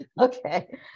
Okay